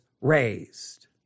raised